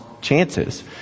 chances